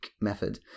method